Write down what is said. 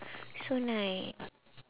so nice